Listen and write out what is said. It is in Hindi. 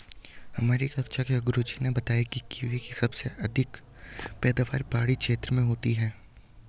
हमारी कक्षा के गुरुजी ने बताया कीवी की सबसे अधिक पैदावार पहाड़ी क्षेत्र में होती है